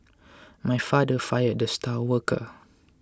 my father fired the star worker